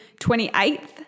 28th